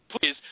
Please